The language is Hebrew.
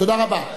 תודה רבה.